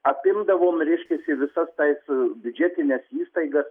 apimdavom reiškiasi visas tas biudžetines įstaigas